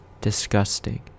disgusting